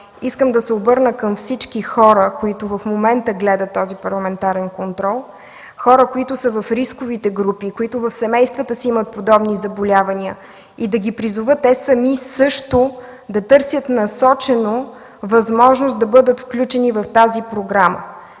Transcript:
Искам да се обърна към всички хора, които в момента гледат този парламентарен контрол, хора, които са в рисковите групи, които в семействата си имат подобни заболявания и да ги призоват те сами също да търсят насочено възможност да бъдат включени в тази програма.